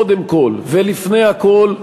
קודם כול ולפני הכול,